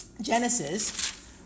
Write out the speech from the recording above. Genesis